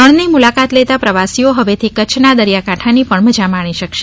રણની મુલાકાત લેતા પ્રવાસીઓ હવેથી કચ્છના દરિયાકાંઠાની પણ મજા માણી શકશે